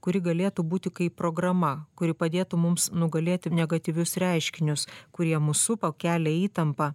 kuri galėtų būti kaip programa kuri padėtų mums nugalėti negatyvius reiškinius kurie mus supa kelia įtampą